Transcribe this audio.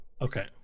Okay